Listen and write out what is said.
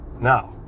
Now